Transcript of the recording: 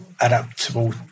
adaptable